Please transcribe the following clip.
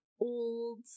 old